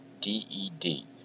D-E-D